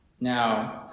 Now